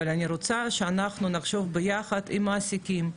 אבל אני רוצה שאנחנו נחשוב ביחד עם המעסיקים,